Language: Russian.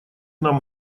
нам